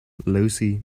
lucy